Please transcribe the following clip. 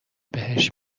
بهشت